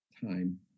time